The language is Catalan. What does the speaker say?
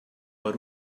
per